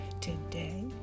today